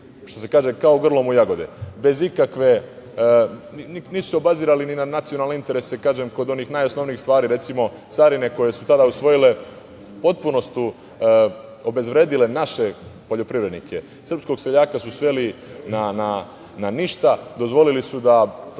sporazum ušli kao grlom u jagode. Nisu se obazirali ni na nacionalne interese kod onih najosnovnijih stvari. Recimo, carine koje su tada usvojile u potpunosti su obezvredile naše poljoprivrednike. Srpskog seljaka su sveli na ništa. Dozvolili su da